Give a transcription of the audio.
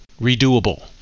redoable